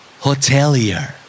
Hotelier